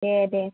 दे दे